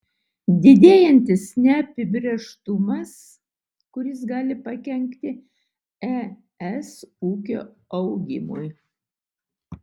didėjantis neapibrėžtumas kuris gali pakenkti es ūkio augimui